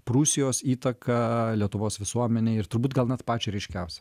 prūsijos įtaką lietuvos visuomenei ir turbūt gal net pačią ryškiausią